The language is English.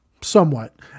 somewhat